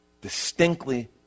distinctly